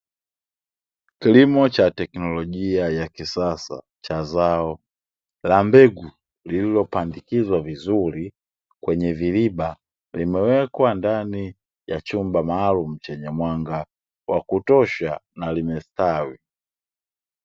Kilimo cha teknolojia ya kisasa cha zao la mbegu, lililopandikizwa vizuri kwenye viriba. limewekwa ndani ya chumba maalumu chenye mwanga wa kutosha na limestawi.